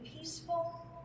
peaceful